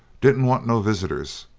didn't want no visitors,